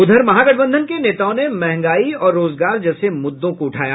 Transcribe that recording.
उधर महागठबंधन के नेताओं ने मंहगाई और रोजगार जैसे मुद्दों को उठाया